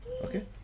Okay